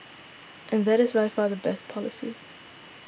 and that is by far the best policy